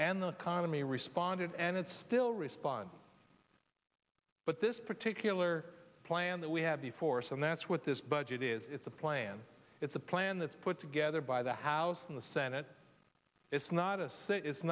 and the economy responded and it still responded but this particular plan that we have the force and that's what this budget is it's a plan it's a plan that's put together by the house and the senate it's not us it